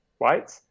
right